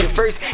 first